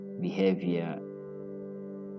behavior